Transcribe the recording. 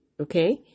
okay